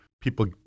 people